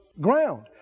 ground